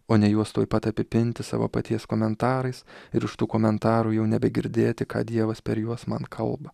o ne juos tuoj pat apipinti savo paties komentarais ir už tų komentarų jau nebegirdėti ką dievas per juos man kalba